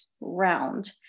round